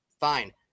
Fine